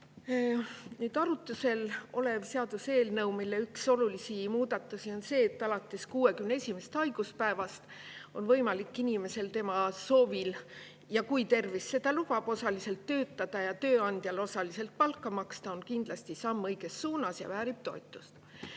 Arutlusel olev seaduseelnõu, mille üks olulisi muudatusi on see, et alates 61. haiguspäevast on võimalik inimesel tema soovi korral ja kui tervis seda lubab, osaliselt töötada ja tööandjal osaliselt palka maksta, on kindlasti samm õiges suunas ja väärib toetust.